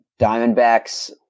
Diamondbacks